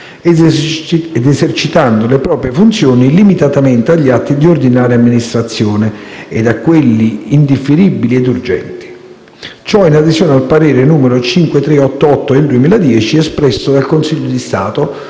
ed esercitando le proprie funzioni limitatamente agli atti di ordinaria amministrazione e a quelli indifferibili e urgenti; ciò in adesione al parere n. 5388 del 2010 espresso dal Consiglio di Stato